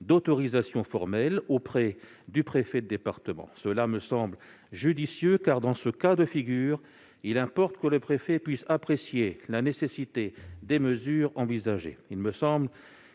d'autorisation formelle auprès du préfet de département. Cela me semble judicieux, car il importe, dans ce cas de figure, que le préfet puisse apprécier la nécessité des mesures envisagées.